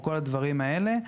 כל הדברים האלה,